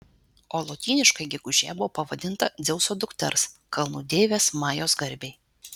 o lotyniškai gegužė buvo pavadinta dzeuso dukters kalnų deivės majos garbei